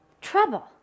Trouble